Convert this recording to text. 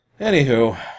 Anywho